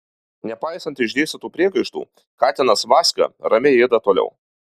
nepaisant išdėstytų priekaištų katinas vaska ramiai ėda toliau